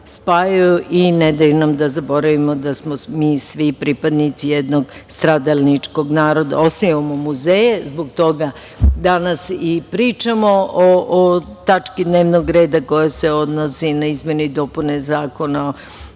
i ne daju nam da zaboravimo da smo mi svi pripadnici jednog stradalničkog naroda. Osnivamo muzeje zbog toga. Danas i pričamo o tački dnevnog reda koja se odnosi na izmene i dopune Zakona